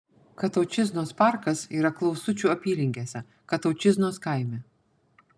kataučiznos parkas yra klausučių apylinkėse kataučiznos kaime